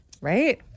right